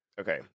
Okay